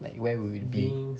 like where would we be